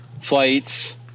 flights